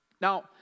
now